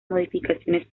modificaciones